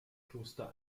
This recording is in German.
kloster